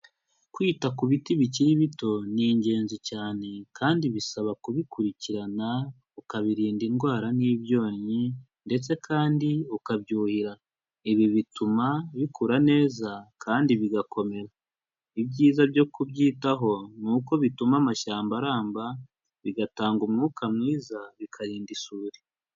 Kwita ku biti bikiri bito ni ingenzi cyane kandi bisaba kubikurikirana ukabirinda indwara n'ibyonnyi ndetse kandi ukabyuhira. Ibi bituma bikura neza kandi bigakomera. Ibyiza byo kubyitaho ni uko bituma amashyamba aramba, bigatanga umwuka mwiza, bikarinda isuri.